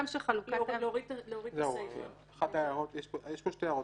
יש פה שתי הערות.